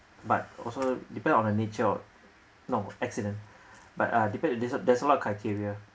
but also depend on the nature of no uh accident but depend on the there's a lot of criteria